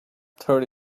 thirty